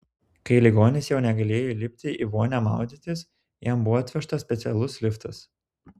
kai ligonis jau negalėjo įlipti į vonią maudytis jam buvo atvežtas specialus liftas